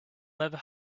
never